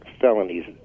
felonies